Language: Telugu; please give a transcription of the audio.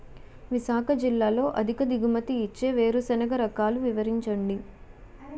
విశాఖ జిల్లాలో అధిక దిగుమతి ఇచ్చే వేరుసెనగ రకాలు వివరించండి?